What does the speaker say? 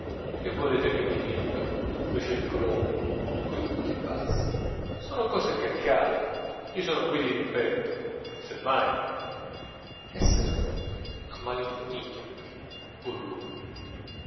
che volete vi dica fece il colombo con gli occhi bassi sono cose che accadono io son qui di rimpetto se mai e se ne andò ammalinconito pur lui